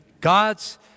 God's